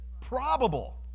probable